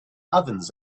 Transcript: ovens